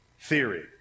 theory